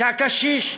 שהקשיש,